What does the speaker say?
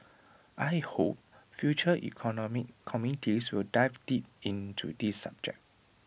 I hope future economic committees will dive deep into this subject